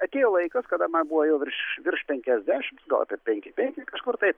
atėjo laikas kada man buvo jau virš virš penkiasdešimt gal apie penki penki kažkur tai